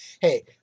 Hey